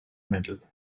medal